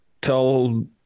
tell